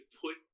put